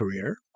career